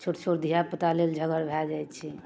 छोट छोट धिया पुता लेल झगड़ भए जाइ छै